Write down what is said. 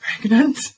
pregnant